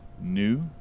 new